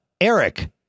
Eric